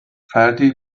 فردی